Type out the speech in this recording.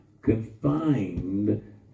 confined